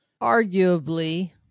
Arguably